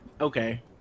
Okay